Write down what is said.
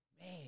man